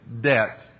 debt